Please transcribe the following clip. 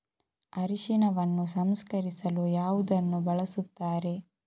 ಅರಿಶಿನವನ್ನು ಸಂಸ್ಕರಿಸಲು ಯಾವುದನ್ನು ಬಳಸುತ್ತಾರೆ?